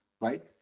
right